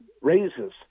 raises